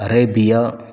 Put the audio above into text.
Arabia